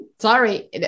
Sorry